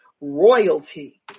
royalty